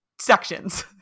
sections